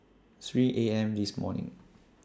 three A M This morning